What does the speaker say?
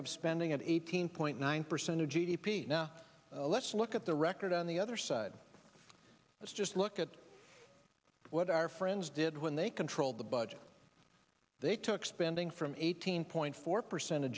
have spending at eighteen point nine percent of g d p now let's look at the record on the other side let's just look at what our friends did when they controlled the budget they took spending from eighteen point four percent of